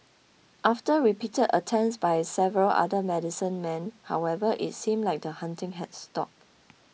after repeated attempts by several other medicine men however it seemed like the haunting had stopped